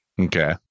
okay